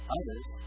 others